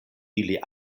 ili